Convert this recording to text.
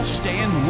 stand